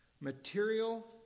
material